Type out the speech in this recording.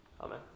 amen